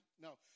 No